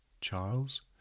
Charles